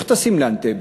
איך טסים לאנטבה?